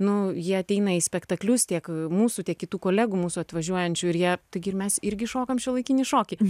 nu jie ateina į spektaklius tiek mūsų tiek kitų kolegų mūsų atvažiuojančių ir jie taigi mes irgi šokam šiuolaikinį šokį